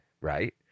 right